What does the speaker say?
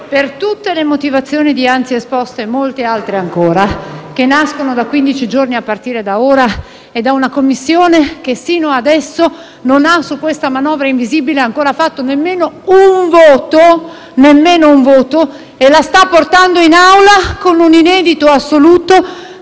per tutte le motivazioni dianzi esposte e per molte altre ancora, che nascono da quindici giorni a partire da ora e da una Commissione che, fino adesso, non ha, su questa manovra invisibile, ancora espresso nemmeno un voto e la sta portando in Aula con un inedito assoluto